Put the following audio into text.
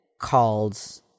called